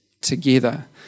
together